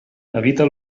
evita